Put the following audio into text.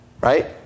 Right